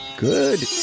Good